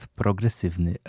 progresywny